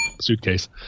suitcase